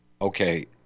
Okay